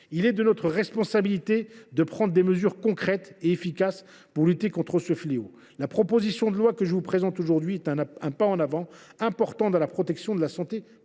il est de notre responsabilité de prendre des mesures concrètes et efficaces pour lutter contre ce fléau. La proposition de loi que je vous présente aujourd’hui est un pas en avant important dans la protection de la santé